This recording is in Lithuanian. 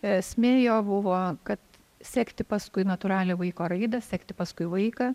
esmė jo buvo kad sekti paskui natūralią vaiko raidą sekti paskui vaiką